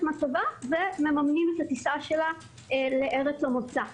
מצבה ומממנים את הטיסה שלה לארץ המוצא.